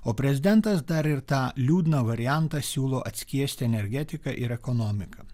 o prezidentas dar ir tą liūdną variantą siūlo atskiesti energetiką ir ekonomiką